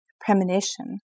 premonition